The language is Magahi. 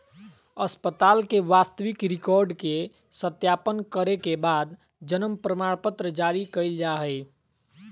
अस्पताल के वास्तविक रिकार्ड के सत्यापन करे के बाद जन्म प्रमाणपत्र जारी कइल जा हइ